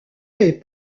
est